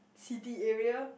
city area